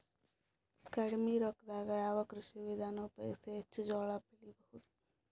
ಕಡಿಮಿ ರೊಕ್ಕದಾಗ ಯಾವ ಕೃಷಿ ವಿಧಾನ ಉಪಯೋಗಿಸಿ ಹೆಚ್ಚ ಜೋಳ ಬೆಳಿ ಬಹುದ?